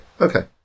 Okay